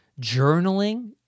Journaling